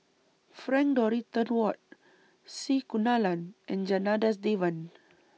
Frank Dorrington Ward C Kunalan and Janadas Devan